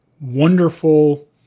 wonderful